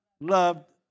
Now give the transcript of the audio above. Loved